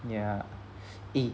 ya eh